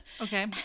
Okay